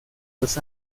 los